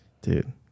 Dude